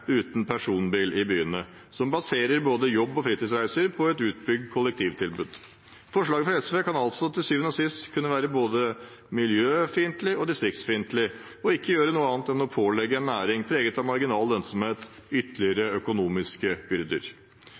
uten personbil i byene som baserer både jobb- og fritidsreiser på et utbygd kollektivtilbud. Forslaget fra SV kan altså til syvende og sist kunne være både miljøfiendtlig og distriktsfiendtlig, og ikke gjøre noe annet enn å pålegge en næring preget av marginal lønnsomhet ytterligere økonomiske byrder.